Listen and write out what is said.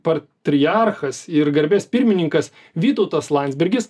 patriarchas ir garbės pirmininkas vytautas landsbergis